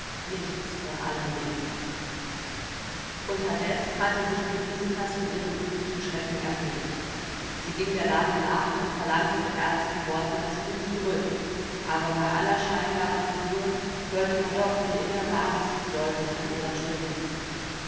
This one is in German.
nichts von allem dem unterdes hatte sich felicitas von ihrem tödlichen schrecken erholt sie ging der dame nach und verlangte mit ernsten worten das buch zurück aber bei aller scheinbaren ruhe hörte man doch die innere angst deutlich an ihrer stimme